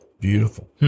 Beautiful